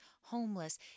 homeless